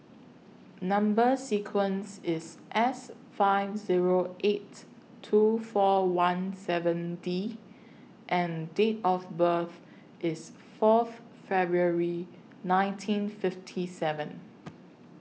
Number sequence IS S five Zero eight two four one seven D and Date of birth IS Fourth February nineteen fifty seven